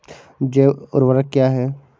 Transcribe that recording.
जैव ऊर्वक क्या है?